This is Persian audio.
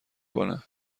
کنه